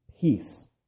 peace